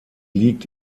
liegt